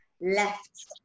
left